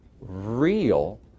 real